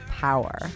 power